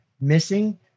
missing